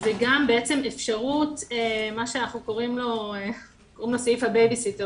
וגם סעיף הבייביסיטר,